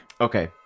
Okay